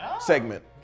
segment